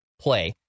play